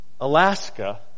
Alaska